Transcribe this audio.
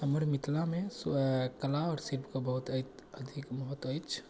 हमर मिथिलामे कला आओर शिल्पके बहुत अधिक महत्व अछि